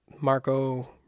Marco